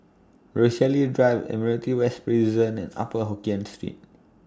Rochalie Drive Admiralty West Prison and Upper Hokkien Street